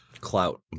clout